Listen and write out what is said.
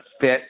fit